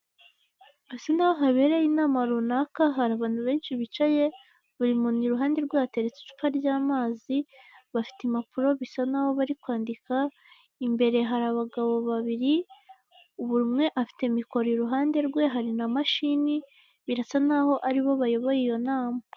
Hasa naho habereye inama runaka, hari abantu benshi bicaye, buri muntu iruhande rwe hateretse icupa ry'amazi, bafite impapuro bisa naho bari kwandika, imbere hari abagabo babiri buri umwe afite mikoro iruhande rwe hari n'amashini, birasa naho aribo bayoboye iyo nama.